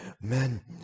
men